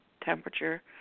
temperature